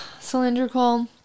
cylindrical